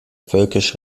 völkisch